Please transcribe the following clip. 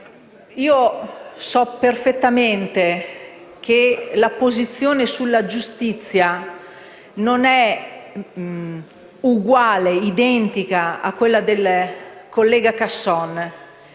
So perfettamente che la mia posizione sulla giustizia non è uguale a quella del collega Casson.